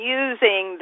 using